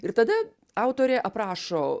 ir tada autorė aprašo